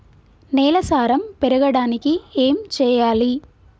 నేల సారం పెరగడానికి ఏం చేయాలి?